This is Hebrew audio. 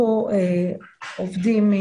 לקחו עובדים,